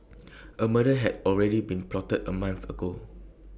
A murder had already been plotted A month ago